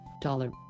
Dollar